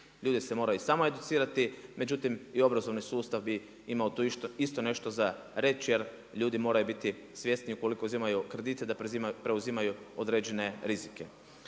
ljudi se moraju i samoeducirati. Međutim i obrazovni sustav bi imao tu isto nešto za reći jer ljudi moraju biti svjesni ukoliko uzimaju kredite da preuzimaju određene rizike.